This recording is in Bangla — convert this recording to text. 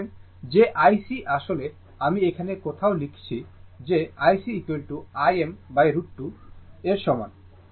অতএব যে IC আসলে আমি এখানে কোথাও লিখছি যে IC Im√ 2 এর সমান কারণ এটি rms মান